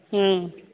हुँ